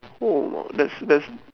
oh that's that's